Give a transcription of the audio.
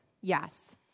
Yes